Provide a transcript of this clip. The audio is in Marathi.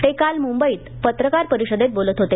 ते काल मुंबईत पत्रकार परिषदेत बोलत होते